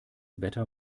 wetter